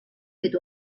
fet